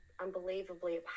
unbelievably